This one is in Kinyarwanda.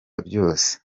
byose